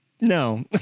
no